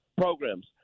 programs